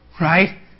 Right